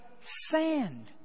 sand